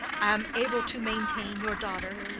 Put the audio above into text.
i am able to maintain your daughter,